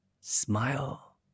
Smile